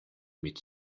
mit